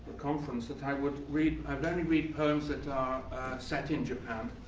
conference that i would read i'd only read poems that are set in japan.